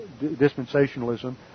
dispensationalism